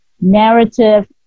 narrative